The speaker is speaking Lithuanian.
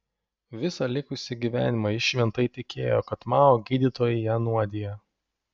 visą likusį gyvenimą ji šventai tikėjo kad mao gydytojai ją nuodija